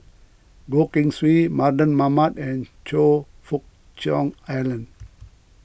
Goh Keng Swee Mardan Mamat and Choe Fook Cheong Alan